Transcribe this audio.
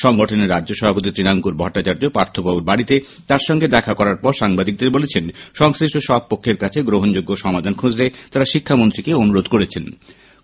সংগঠনের রাজ্য সভাপতি তৃণাঙ্কুর ভট্টাচার্য পার্থবাবুর বাড়িতে তাঁর সঙ্গে দেখা করার পর সাংবাদিকদের বলেছেন সংশ্লিষ্ট সব পক্ষের কাছে গ্রহণযোগ্য সমাধান খুঁজতে তারা শিক্ষামন্ত্রীকে অনুরোধ করেছেন